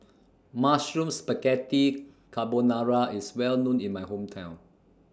Mushroom Spaghetti Carbonara IS Well known in My Hometown